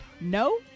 no